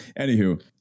anywho